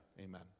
amen